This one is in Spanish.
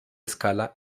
escala